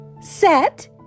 set